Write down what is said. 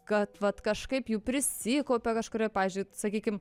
kad vat kažkaip jų prisikaupė kažkur ir pavyzdžiui sakykim